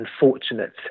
unfortunate